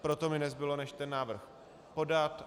Proto mi nezbylo než ten návrh podat.